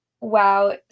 Wow